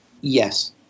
Yes